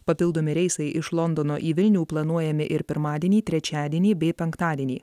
papildomi reisai iš londono į vilnių planuojami ir pirmadienį trečiadienį bei penktadienį